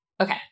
okay